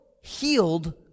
healed